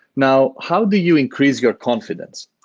now, how do you increase your confidence?